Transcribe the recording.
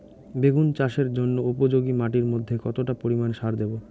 বেগুন চাষের জন্য উপযোগী মাটির মধ্যে কতটা পরিমান সার দেব?